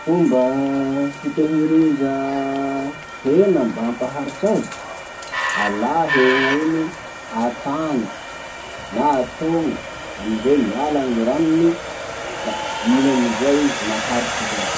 Fomba fitahiriza hena mba hampaharitsy azy. Alà hena iny, atany, na atony, amizay miala gny ranony, la iny amizay izy maharitsy izy amin'iny.